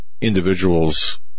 individuals